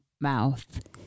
mouth